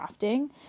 crafting